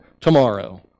tomorrow